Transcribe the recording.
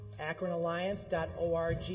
AkronAlliance.org